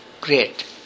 great